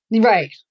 Right